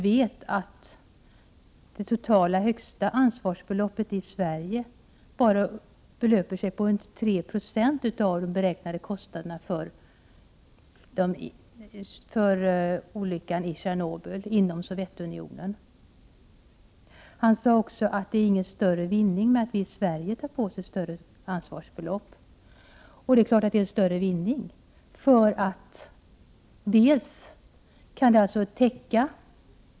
Det högsta ansvarsbeloppet totalt motsvarar 3 Ze av den beräknade kostnaden för olyckan i Tjernobyl enbart i Sovjeunionen. Vidare sade Rolf Dahlberg att det inte är någon större vinning att vi i Sverige tar på oss ett större ekonomiskt ansvar. Men det är klart att det är en stor vinning.